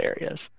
areas